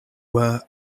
were